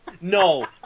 No